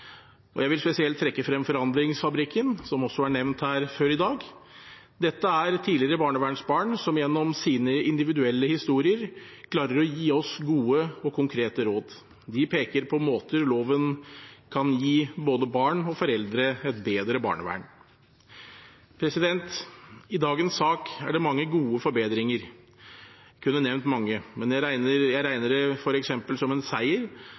Jeg vil spesielt trekke frem Forandringsfabrikken, som også er nevnt her før i dag. Dette er tidligere barnevernsbarn som gjennom sine individuelle historier klarer å gi oss gode og konkrete råd. De peker på måter loven kan gi både barn og foreldre et bedre barnevern. I dagens sak er det mange gode forbedringer. Jeg kunne nevnt mange. Jeg regner det f.eks. som en seier